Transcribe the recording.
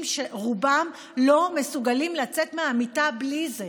שרובם לא מסוגלים לצאת מהמיטה בלי זה,